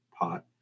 pot